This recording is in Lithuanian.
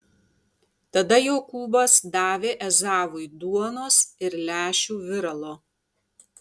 tada jokūbas davė ezavui duonos ir lęšių viralo